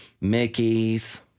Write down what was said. Mickey's